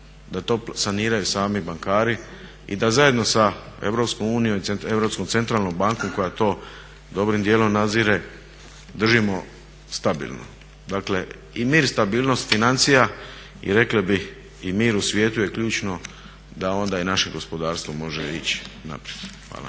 da to saniraju sami bankari i da zajedno sa EU i sa Europskom centralnom bankom koja to dobrim dijelom nadzire držimo stabilno. Dakle i mir i stabilnost financija i rekli bi i mir u svijetu je ključno da onda i naše gospodarstvo može ići naprijed. Hvala.